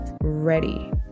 ready